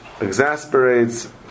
exasperates